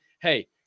hey